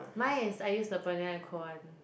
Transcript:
mine is I use the Banila and co [one]